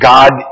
God